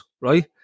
right